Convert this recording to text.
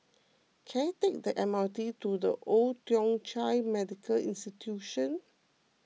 can I take the M R T to the Old Thong Chai Medical Institution